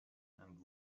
and